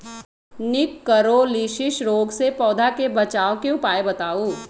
निककरोलीसिस रोग से पौधा के बचाव के उपाय बताऊ?